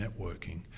networking